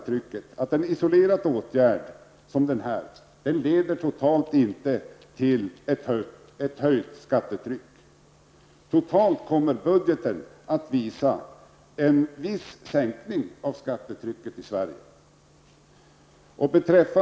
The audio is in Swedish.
En isolerad åtgärd som denna leder totalt inte till ett höjt skattetryck. Däremot kommer budgeten att visa en viss sänkning av skattetrycket i Sverige.